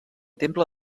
temple